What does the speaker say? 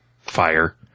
fire